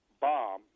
bomb